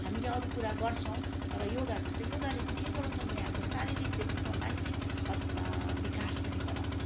हामीले अरू कुरा गर्छौँ तर योगा जस्तै योगाले चाहिँ के गराउँछ भने हाम्रो शारीरिकदेखिको मानसिक विकास पनि गराउँछ